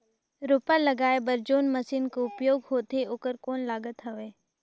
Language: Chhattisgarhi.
रोपा लगाय बर जोन मशीन कर उपयोग होथे ओकर कौन लागत हवय?